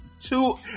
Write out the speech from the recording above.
two